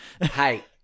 hey